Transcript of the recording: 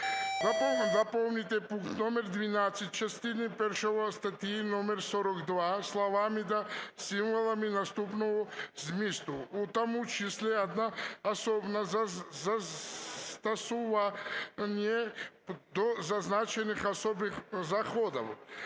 доповнити пункт номер 12 частини першої статті номер 42 словами та символами наступного змісту: "У тому числі одна особа застосування до зазначених особих заходів.